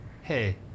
hey